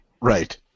Right